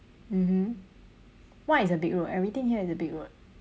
mmhmm what is a big road everything here is a big road